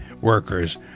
workers